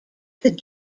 that